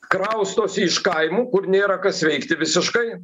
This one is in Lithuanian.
kraustosi iš kaimų kur nėra kas veikti visiškai